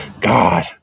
God